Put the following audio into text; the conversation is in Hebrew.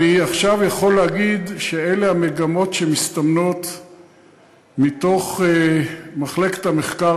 עכשיו אני יכול להגיד שאלה המגמות שמסתמנות מתוך מחלקת המחקר,